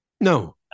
No